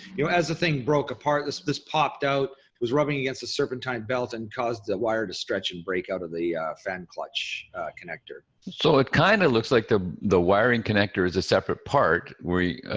you know as the thing broke apart, this this popped out, it was rubbing against the serpentine belt and caused the wire to stretch and break out of the fan clutch connector. mark so it kind of looks like the the wiring connector is a separate part where you,